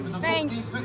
Thanks